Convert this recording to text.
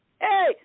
hey